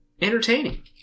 entertaining